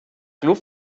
club